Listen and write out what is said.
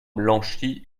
blanchie